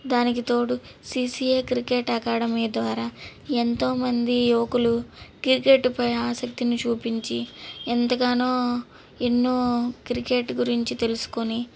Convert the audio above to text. దానికి తోడు CCA cricket academy ద్వారా ఎంతో మంది యువకులు క్రికెట్పై ఆసక్తిని చూపించి ఎంతగానో ఎన్నో క్రికెట్ గురించి తెలుసుకోని